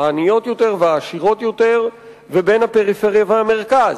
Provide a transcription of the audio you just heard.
העניות יותר והעשירות יותר ובין הפריפריה והמרכז.